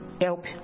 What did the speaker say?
help